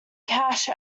cash